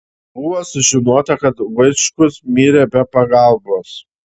buvo sužinota kad vaičkus mirė be pagalbos